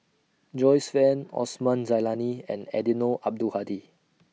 Joyce fan Osman Zailani and Eddino Abdul Hadi